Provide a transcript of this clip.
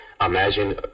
imagine